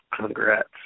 Congrats